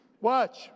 watch